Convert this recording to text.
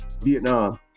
Vietnam